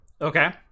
okay